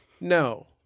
No